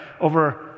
over